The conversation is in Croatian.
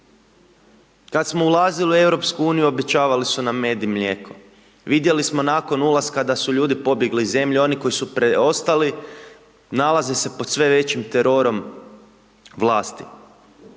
Kada smo ulazili u EU, obećavali su nam med i mlijeko. Vidjeli smo nakon ulaska, da su ljudi pobjegli iz zemlje, oni koji su preostali, nalaze se pod sve većim terorom vlasti.